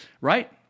right